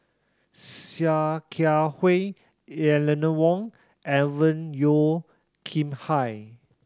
Sia Kia Hui Eleanor Wong Alvin Yeo Khirn Hai